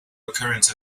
recurrence